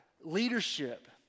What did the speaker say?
leadership